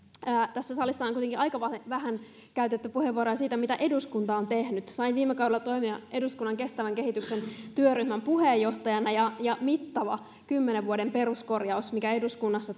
tässä salissa on kuitenkin aika vähän käytetty puheenvuoroja siitä mitä eduskunta on tehnyt sain viime kaudella toimia eduskunnan kestävän kehityksen työryhmän puheenjohtajana mittava kymmenen vuoden peruskorjaus tehtiin eduskunnassa